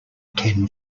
ten